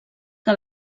que